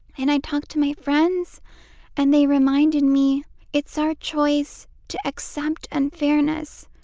and i talked to my friends and they reminded me it's our choice to accept unfairness,